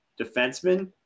defenseman